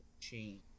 chain